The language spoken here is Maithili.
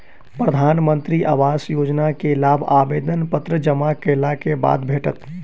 प्रधानमंत्री आवास योजना के लाभ आवेदन पत्र जमा केलक बाद भेटत